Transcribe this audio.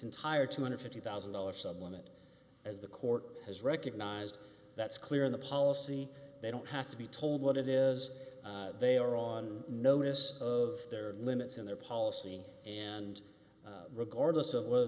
entire two hundred and fifty thousand dollars supplement as the court has recognized that's clear in the policy they don't have to be told what it is they are on notice of their limits in their policy and regardless of whether